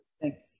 Thanks